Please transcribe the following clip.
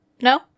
no